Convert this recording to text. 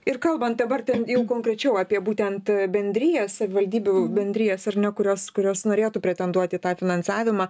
ir kalbant dabar ten jau konkrečiau apie būtent bendrijas savivaldybių bendrijas ar ne kurios kurios norėtų pretenduot į tą finansavimą